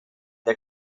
der